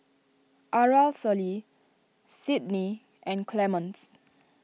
Aracely Cydney and Clemens